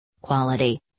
Quality